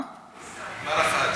נגמר החג.